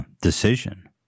decision